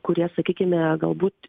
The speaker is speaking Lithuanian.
kurie sakykime galbūt